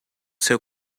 seu